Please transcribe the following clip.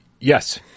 Yes